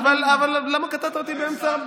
אבל למה קטעת אותי באמצע?